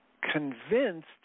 convinced